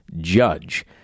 judge